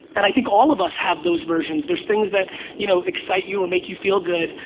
and i think all of us have those versions. there's things that you know excite you or make you feel good,